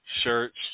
Shirts